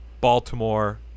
Baltimore